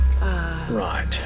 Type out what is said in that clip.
Right